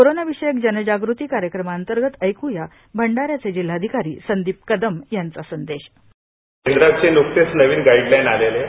corona विषयक जनजागृती कार्यक्रमांतर्गत ऐक्या भंडाऱ्याचे जिल्हाधिकरी संदीप कदम यांचा संदेश बाईट केंद्राचे न्कतेच नवीन गाईडलाइन आलेले आहे